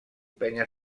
penya